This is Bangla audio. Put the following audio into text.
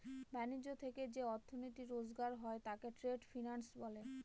ব্যাণিজ্য থেকে যে অর্থনীতি রোজগার হয় তাকে ট্রেড ফিন্যান্স বলে